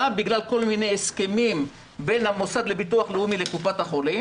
בגלל כל מיני הסכמים בין המוסד לביטוח לאומי לבין קופות החולים.